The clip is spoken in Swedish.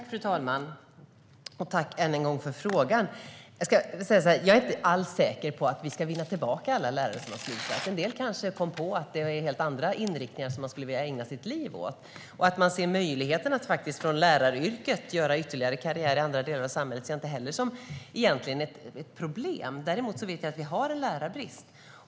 Fru talman! Jag tackar än en gång för frågorna. Jag är inte alls säker på att vi ska vinna tillbaka alla lärare som har slutat. En del kom kanske på att de skulle vilja ägna sitt liv åt en helt annan inriktning. Att de kanske ser en möjlighet att från läraryrket göra ytterligare karriär i andra delar av samhället, ser jag egentligen inte heller som ett problem. Däremot vet jag att vi har en lärarbrist.